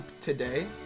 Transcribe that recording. today